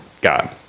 God